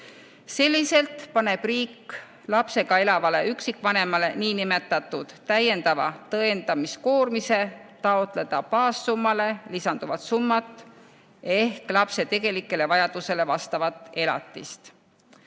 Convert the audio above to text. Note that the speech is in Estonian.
Selliselt paneb riik lapsega koos elavale üksikvanemale nn täiendava tõendamiskoormise, taotledes baassummale lisanduvat summat ehk lapse tegelikule vajadusele vastavat elatist.